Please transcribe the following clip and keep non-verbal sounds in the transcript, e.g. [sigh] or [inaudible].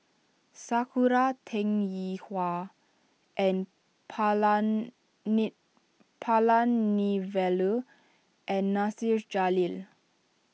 Sakura Teng Ying Hua N [unintelligible] Palanivelu and Nasir Jalil